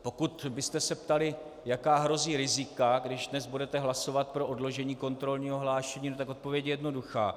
Pokud byste se ptali, jaká hrozí rizika, když dnes budete hlasovat pro odložení kontrolního hlášení, tak odpověď je jednoduchá.